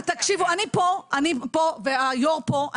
אני פה, והיו"ר פה.